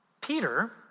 Peter